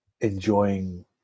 enjoying